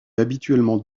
habituellement